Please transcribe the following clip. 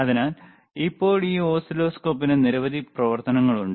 അതിനാൽ ഇപ്പോൾ ഈ ഓസിലോസ്കോപ്പിന് നിരവധി പ്രവർത്തനങ്ങൾ ഉണ്ട്